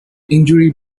injury